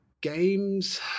games